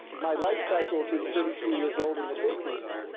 my life cycle, being thirty two years old in the business,